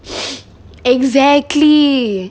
exactly